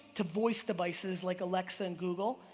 to voice devices like alexa and google,